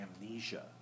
Amnesia